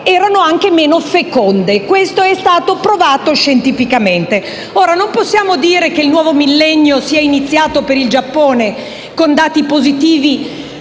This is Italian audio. erano anche meno feconde. Questo è stato provato scientificamente. Non possiamo dire che il nuovo millennio sia iniziato per il Giappone con dati positivi